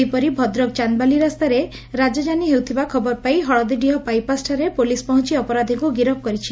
ସେହିପରି ଭଦ୍ରକ ଚାନ୍ଦବାଲି ରାସ୍ତାରେ ରାହାକାନୀ ହେଉଥିବା ଖବର ପାଇ ହଳଦୀଡିହ ବାଇପାସ୍ଠାରେ ପୋଲିସ୍ ପହଞ୍ ଅପରାଧୀଙ୍କୁ ଗିରଫ କରିଛି